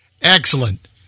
Excellent